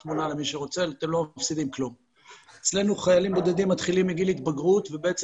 אצלנו חיילים בודדים מתחילים מגיל התבגרות ובעצם